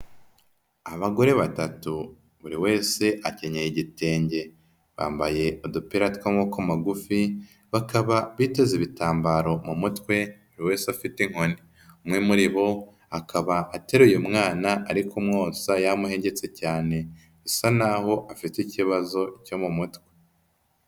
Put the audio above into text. Abagore batatu buri wese akenyeye igitenge, bambaye udupira tw'amaboko magufi bakaba biteze ibitambaro mu mutwe buri wese afite inkoni, umwe muri bo akaba ateruye umwana ari kumwoza yamuhengetse cyane, bisa naho afite ikibazo cyo mu mutwe.